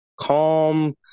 calm